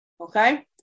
Okay